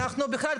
בכלל,